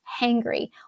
hangry